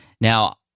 Now